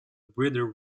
bridger